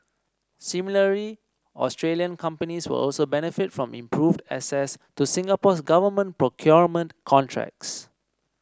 similarly Australian companies will also benefit from improved access to Singapore's government procurement contracts